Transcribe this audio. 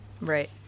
right